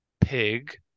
pig